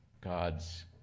God's